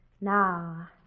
Now